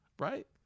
right